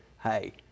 hey